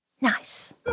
Nice